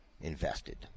invested